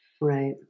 Right